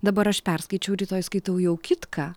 dabar aš perskaičiau rytoj skaitau jau kitką